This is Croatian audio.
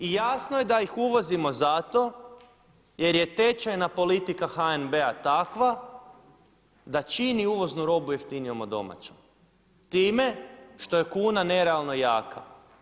I jasno je da ih uvozimo zato jer je tečajna politika HNB-a takva da čini uvoznu robu jeftinijom od domaće time što je kuna nerealno jaka.